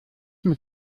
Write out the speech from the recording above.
mit